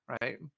right